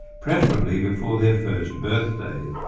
preferably before their first birthday.